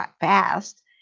fast